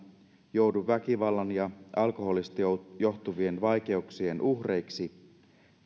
joudu väkivallan ja alkoholista johtuvien vaikeuksien uhreiksi